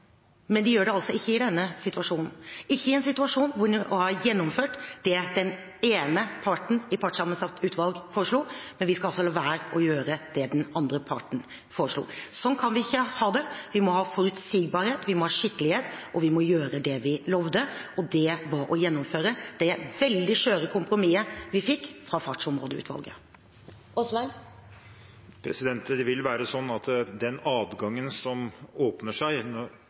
men de gjør det altså ikke i denne situasjonen, ikke i en situasjon hvor det var gjennomført det den ene parten i partssammensatt utvalg foreslo, mens vi altså skal la være å gjøre det den andre parten foreslo. Sånn kan vi ikke ha det. Vi må ha forutsigbarhet, vi må ha skikkelighet, og vi må gjøre det vi lovet. Det var å gjennomføre det veldig skjøre kompromisset vi fikk fra Fartsområdeutvalget. Den adgangen som åpner seg